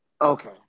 okay